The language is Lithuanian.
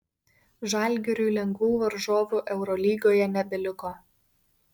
žalgiriui lengvų varžovų eurolygoje nebeliko